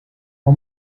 how